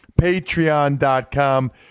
Patreon.com